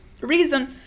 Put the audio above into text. reason